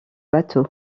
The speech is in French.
bateau